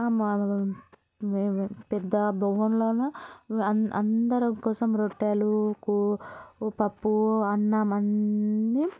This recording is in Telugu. మామూలు మేము పెద్ద బోగంలోన అందరూ అందరూ కోసం రొట్టెలు కూరలు ఓ పప్పు అన్నం అన్ని